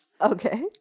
Okay